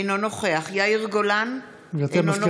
אינו נוכח יאיר גולן, אינו נוכח